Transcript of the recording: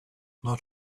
not